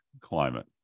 climate